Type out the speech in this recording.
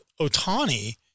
Otani